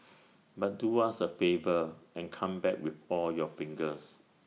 but do us A favour and come back with all your fingers